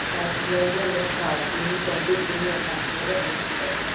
fertiliser বা সার জমির চাষের জন্য একেবারে অনস্বীকার্য